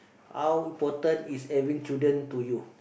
how important is having children to you